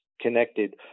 connected